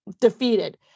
defeated